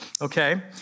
okay